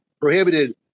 prohibited